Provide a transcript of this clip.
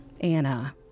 Anna